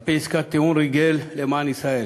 על-פי עסקת הטיעון, הוא ריגל למען ישראל.